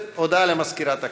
הודעה למזכירת הכנסת.